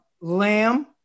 Lamb